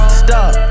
stop